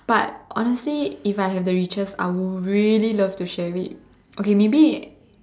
but honestly if I have the riches I would really love to share it